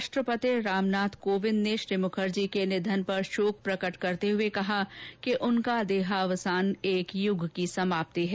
राष्ट्रपति रामनाथ कोंविद ने श्री मुखर्जी के निधन पर शोक प्रकट करते हुए कहा कि उनका देहावसान एक युग की समाप्ति है